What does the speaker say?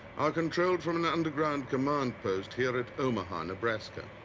are controlled from an underground command post here at omaha, nebraska.